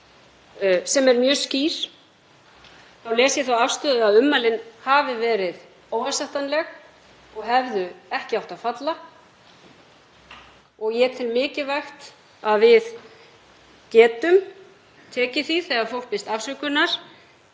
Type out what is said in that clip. sem er mjög skýr, les ég þá afstöðu að ummælin hafi verið óásættanleg og hefðu ekki átt að falla. Ég tel mikilvægt að við getum tekið því þegar fólk biðst afsökunar